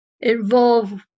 involve